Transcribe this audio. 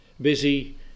busy